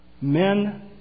Men